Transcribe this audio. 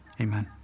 Amen